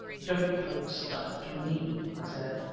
don't talk stuff to me, i said.